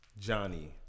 Johnny